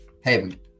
hey